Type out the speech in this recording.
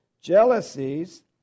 jealousies